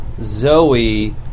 Zoe